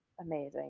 amazing